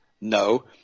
No